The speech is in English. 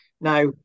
now